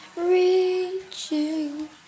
Reaching